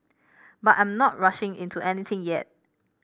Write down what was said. but I'm not rushing into anything yet